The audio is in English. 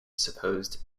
supposed